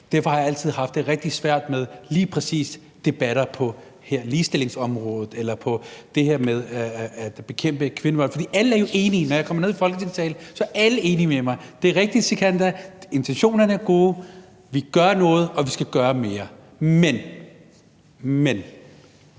Derfor har jeg altid haft det rigtig svært med lige præcis debatter på ligestillingsområdet eller om det her med at bekæmpe kvindevold. For alle er jo enige. Når jeg kommer ned i Folketingssalen, er alle enige med mig: Det er rigtigt, Sikandar, intentionerne er gode. Vi gør noget, og vi skal gøre mere. Men ...